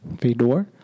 Fedor